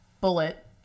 bullet